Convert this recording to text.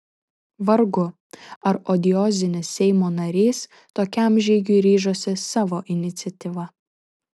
vargu ar odiozinis seimo narys tokiam žygiui ryžosi savo iniciatyva